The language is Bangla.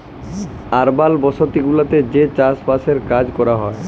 আরবাল বসতি গুলাতে যে চাস বাসের কাজ ক্যরা হ্যয়